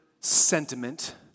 sentiment